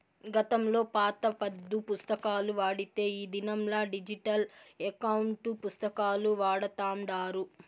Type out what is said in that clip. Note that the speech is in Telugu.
గతంలో పాత పద్దు పుస్తకాలు వాడితే ఈ దినంలా డిజిటల్ ఎకౌంటు పుస్తకాలు వాడతాండారు